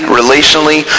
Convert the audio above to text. relationally